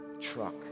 truck